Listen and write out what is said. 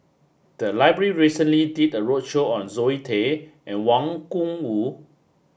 the library recently did a roadshow on Zoe Tay and Wang Gungwu